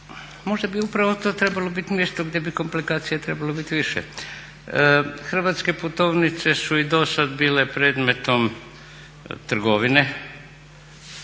možda bi upravo to trebalo biti umjesto gdje bi komplikacija trebalo biti više. Hrvatske putovnice su i dosad bile predmetom trgovine,